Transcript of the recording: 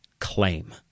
Claim